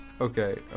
okay